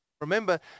Remember